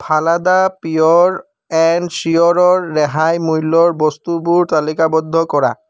ফালাডা পিয়'ৰ এণ্ড চিয়'ৰৰ ৰেহাই মূল্যৰ বস্তুবোৰ তালিকাবদ্ধ কৰা